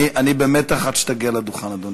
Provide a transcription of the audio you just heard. אני במתח עד שתגיע לדוכן, אדוני.